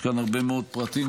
יש כאן הרבה מאוד פרטים,